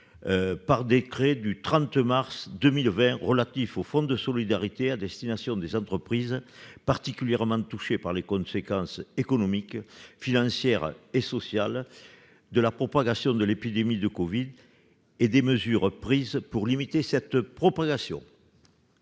2020-371 du 30 mars 2020 relatif au fonds de solidarité à destination des entreprises particulièrement touchées par les conséquences économiques, financières et sociales de la propagation de l'épidémie de covid-19 et des mesures prises pour limiter cette propagation.